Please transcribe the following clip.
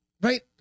Right